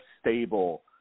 stable